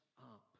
up